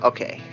Okay